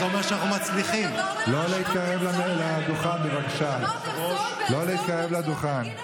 הוא סך הכול אמר שהשופטים צריכים להתאפק ולא לעשות סבירות.